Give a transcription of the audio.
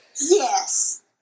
Yes